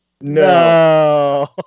No